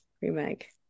remake